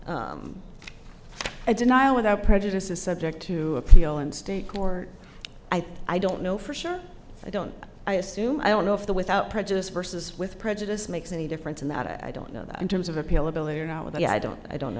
i deny without prejudice is subject to appeal in state court i think i don't know for sure i don't i assume i don't know if the without prejudice versus with prejudice makes any difference in that i don't know that in terms of appeal ability or not with i don't i don't know